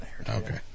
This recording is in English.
Okay